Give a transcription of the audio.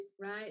right